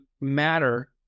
matter